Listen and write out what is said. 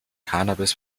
cannabis